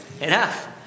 enough